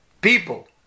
people